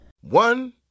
One